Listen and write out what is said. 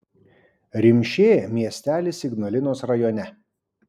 rimšė miestelis ignalinos rajone